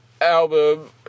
album